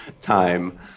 time